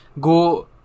go